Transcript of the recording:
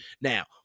Now